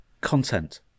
content